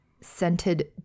scented